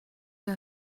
you